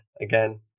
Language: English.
again